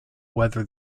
whether